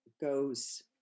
goes